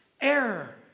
error